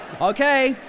Okay